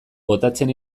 botatzen